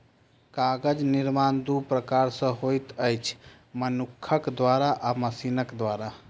कागज निर्माण दू प्रकार सॅ होइत अछि, मनुखक द्वारा आ मशीनक द्वारा